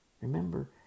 Remember